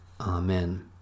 Amen